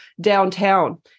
downtown